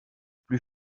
plus